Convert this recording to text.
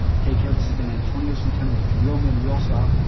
take care this has been antonio centeno with real men real style.